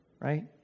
Right